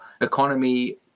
economy